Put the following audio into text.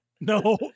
no